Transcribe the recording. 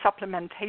supplementation